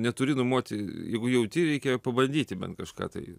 neturi numoti jeigu jauti reikia ir pabandyti bent kažką tai